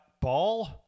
ball